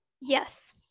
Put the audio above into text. Yes